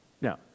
Now